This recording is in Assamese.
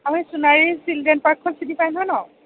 আপুনি সোণাৰি ছিলড্ৰেন পাৰ্কখন চিনি পায় নহয় ন'